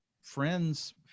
friends